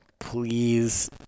please